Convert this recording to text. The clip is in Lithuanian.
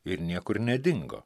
ir niekur nedingo